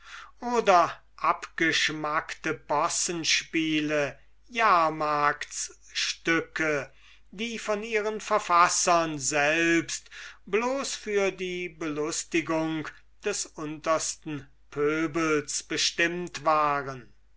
oder abgeschmackte possenspiele jahrmarktstücke die von ihren verfassern selbst bloß für die belustigung des untersten pöbels bestimmt waren